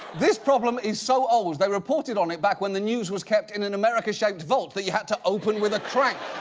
this problem is so ah old they reported on it back when the news was kept in an america-shaped vault that you had to open with a crank.